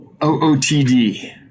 OOTD